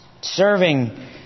Serving